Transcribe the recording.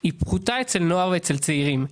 היא פחותה אצל נוער ואצל צעירים.